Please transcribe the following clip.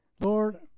Lord